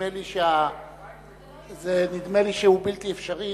נדמה לי שהוא בלתי אפשרי,